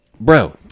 Bro